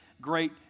great